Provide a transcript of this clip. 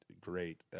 great